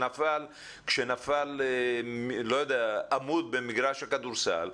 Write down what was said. כשנפל עמוד במגרש הכדורסל,